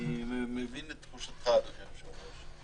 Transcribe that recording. אני מבין את תחושתך, אדוני יושב-הראש.